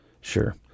Sure